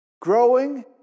growing